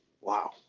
wow